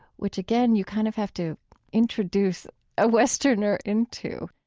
which, again, you kind of have to introduce a westerner into